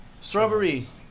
Strawberries